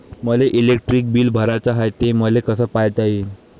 मले electric bill भराचं हाय, ते मले कस पायता येईन?